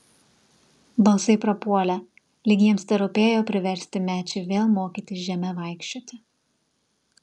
balsai prapuolė lyg jiems terūpėjo priversti mečį vėl mokytis žeme vaikščioti